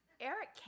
Eric